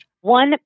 One